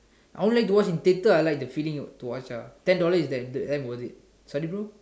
I only like to watch in theatre I like the feeling of to watch ah ten dollars is standard damn worth it sorry bro